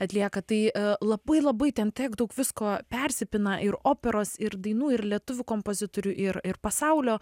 atlieka tai labai labai ten tiek daug visko persipina ir operos ir dainų ir lietuvių kompozitorių ir ir pasaulio